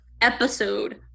episode